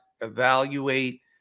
evaluate